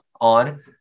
on